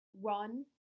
one